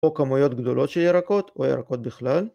‫או כמויות גדולות של ירקות, ‫או ירקות בכלל.